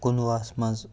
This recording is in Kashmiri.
کُنوُہَس منٛز